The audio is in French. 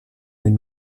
une